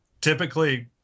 typically